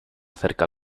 acerca